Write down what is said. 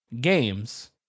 games